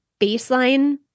baseline